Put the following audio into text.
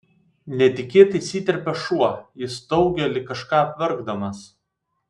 netikėtai įsiterpia šuo jis staugia lyg kažką apverkdamas